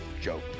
joke